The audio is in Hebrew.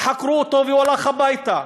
חקרו אותו והוא הלך הביתה.